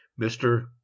Mr